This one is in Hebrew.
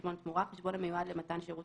"חשבון תמורה" חשבון המיועד למתן שירות